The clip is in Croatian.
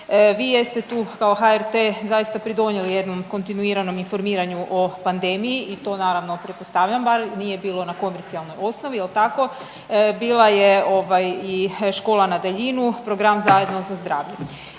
Vi jeste tu kao HRT zaista pridonijeli jednom kontinuiranom informiranju o pandemiji i to naravno pretpostavljam bar nije bilo na komercijalnoj osnovi jel tako, bila je ovaj i škola na daljinu, program Zajedno za zdravlje.